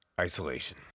isolation